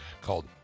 called